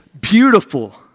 beautiful